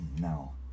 ...now